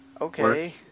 Okay